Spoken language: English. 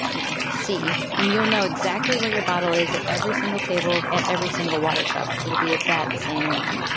you know see, and you'll know exactly where your bottle is at every single table, at every single watershed, because it will be at that same one.